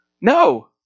No